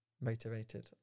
motivated